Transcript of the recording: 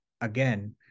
again